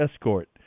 escort